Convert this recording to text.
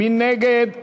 מי נגד?